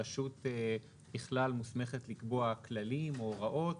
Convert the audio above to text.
הרשות ככלל מוסמכת לקבוע כללים או הוראות